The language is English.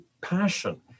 passion